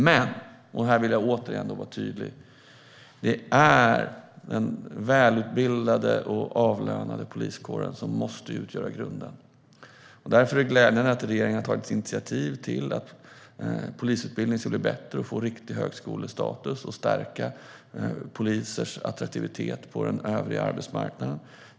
Det är dock - och här vill jag återigen vara tydlig - den välutbildade och avlönade poliskåren som måste utgöra grunden. Därför är det glädjande att regeringen har tagit initiativ till att polisutbildningen ska bli bättre och få riktig högskolestatus, vilket stärker polisers attraktivitet på den övriga arbetsmarknaden.